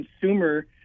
consumer